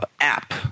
app